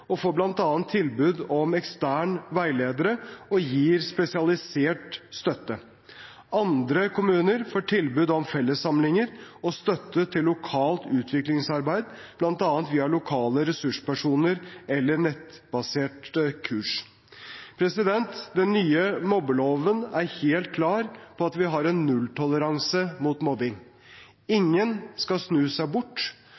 og får bl.a. tilbud om eksterne veiledere, og det gis spesialisert støtte. Andre kommuner får tilbud om fellessamlinger og støtte til lokalt utviklingsarbeid, bl.a. via lokale ressurspersoner eller nettbaserte kurs. Den nye mobbeloven er helt klar på at vi har nulltoleranse mot mobbing.